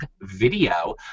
video